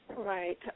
Right